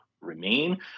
remain